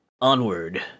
onward